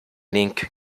link